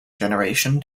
generation